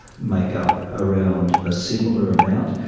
make up around a similar amount.